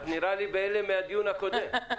נראה לי את בהלם מהדיון הקודם.